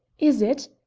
is it?